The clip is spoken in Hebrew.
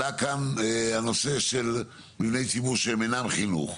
עלה כאן הנושא של מבני ציבור שהם אינם חינוך.